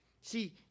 See